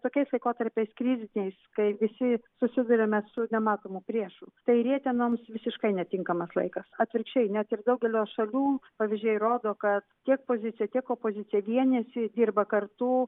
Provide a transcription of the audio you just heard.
tokiais laikotarpiais kriziniais kai visi susiduriame su nematomu priešu tai rietenoms visiškai netinkamas laikas atvirkščiai net ir daugelio šalių pavyzdžiai rodo kad tiek pozicija tiek opozicija vienijasi dirba kartu